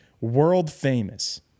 world-famous